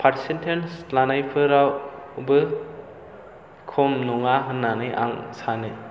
percentage लानायफोरावबो खम नङा होन्नानै आं सानो